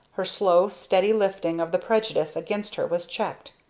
her slow, steady lifting of the prejudice against her was checked.